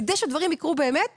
כדי שהדברים יקרו באמת